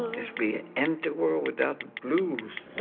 this be an empty world without the blues.